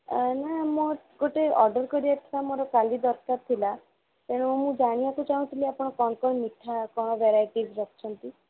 ନା ମୋର ଗୋଟେ ଅର୍ଡ଼ର କରିବାର ଥିଲା ମୋର କାଲି ଦରକାର ଥିଲା ତେଣୁ ମୁଁ ଜାଣିବାକୁ ଚାହୁଁଥିଲି ଆପଣ କ'ଣ କ'ଣ ମିଠା କ'ଣ ଭେରାଇଟି ରଖିଛନ୍ତି